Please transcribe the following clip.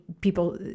people